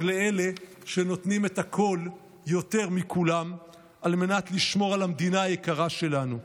לאלה שנותנים את הכול יותר מכולם על מנת לשמור על המדינה היקרה שלנו.